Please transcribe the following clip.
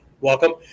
Welcome